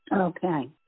Okay